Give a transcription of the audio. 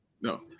no